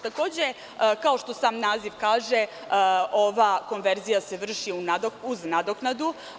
Takođe, kao što sam naziv kaže, ova konverzija se vrši uz nadoknadu.